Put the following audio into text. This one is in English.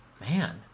man